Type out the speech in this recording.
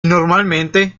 normalmente